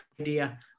idea